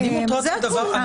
זה הכול.